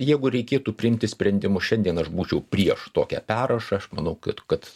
jeigu reikėtų priimti sprendimus šiandien aš būčiau prieš tokią perrašą aš manau kad kad